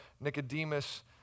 Nicodemus